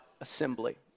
assembly